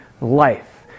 life